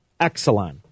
Exelon